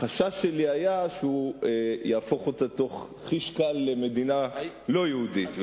החשש שלי היה שהוא יהפוך אותה חיש קל למדינה לא יהודית.